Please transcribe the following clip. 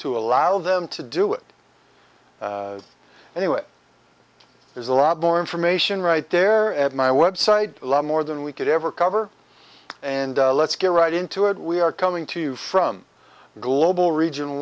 to allow them to do it anyway there's a lot more information right there at my website a lot more than we could ever cover and let's get right into it we are coming to you from global region